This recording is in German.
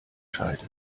scheide